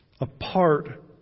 apart